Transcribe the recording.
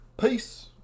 Peace